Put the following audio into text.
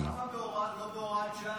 למה לא בהוראת שעה?